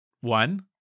one